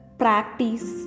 practice